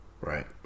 Right